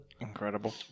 Incredible